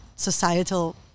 societal